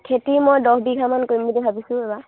খেতি মই দহ বিঘামান কৰিম বুলি ভাবিছোঁ এইবাৰ